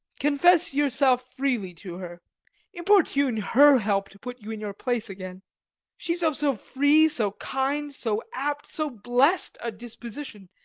confess yourself freely to her importune her help to put you in your place again she is of so free, so kind, so apt, so blessed a disposition,